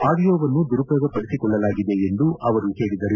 ಆಡಿಯೋವನ್ನು ದುರುಪಯೋಗಪಡಿಸಿಕೊಳ್ಳಲಾಗಿದೆ ಎಂದು ಹೇಳಿದರು